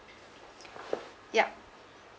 yup